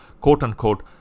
quote-unquote